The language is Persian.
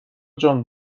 جون